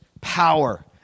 power